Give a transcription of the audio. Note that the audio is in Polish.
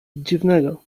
dziwnego